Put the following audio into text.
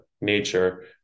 nature